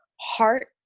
heart